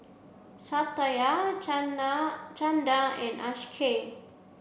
Satya Chanda and Akshay